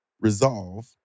Resolve